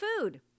food